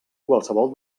qualsevol